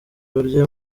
urya